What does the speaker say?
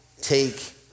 take